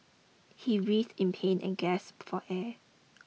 he writhed in pain and gasped for air